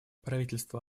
правительство